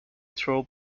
troll